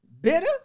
bitter